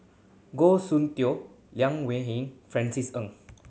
Goh Soon Tioe Liang Wenfu Francis Ng